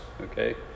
okay